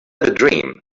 dream